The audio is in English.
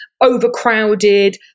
overcrowded